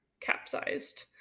capsized